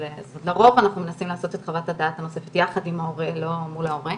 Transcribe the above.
לרוב אנחנו מנסים לעשות את חוות הדעת הנוספת יחד עם ההורה לא מול ההורה,